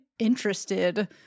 interested